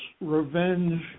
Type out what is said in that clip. revenge